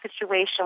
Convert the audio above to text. situation